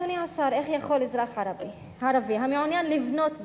אדוני השר: איך יכול אזרח ערבי המעוניין לבנות בית,